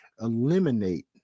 eliminate